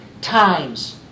times